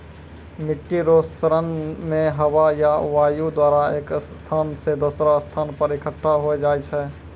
मिट्टी रो क्षरण मे हवा या वायु द्वारा एक स्थान से दोसरो स्थान पर इकट्ठा होय जाय छै